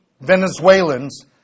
Venezuelans